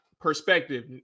perspective